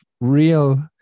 real